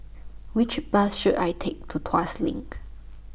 Which Bus should I Take to Tuas LINK